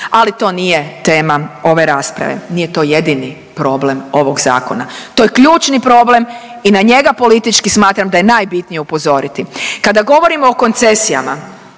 ali to nije tema ove rasprave. Nije to jedini problem ovog zakona. To je ključni problem i na njega politički smatram da je najbitnije upozoriti. Kada govorimo o koncesijama